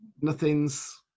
nothing's